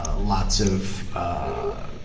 ah lots of ah,